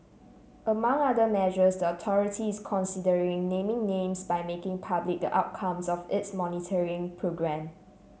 among other measures the authority is considering naming names by making public the outcomes of its monitoring programme